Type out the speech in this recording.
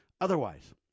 otherwise